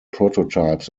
prototypes